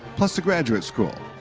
plus the graduate school.